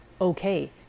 okay